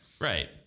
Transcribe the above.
right